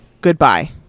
goodbye